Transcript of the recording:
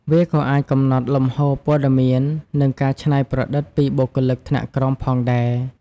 វាក៏អាចកំណត់លំហូរព័ត៌មាន និងការច្នៃប្រឌិតពីបុគ្គលិកថ្នាក់ក្រោមផងដែរ។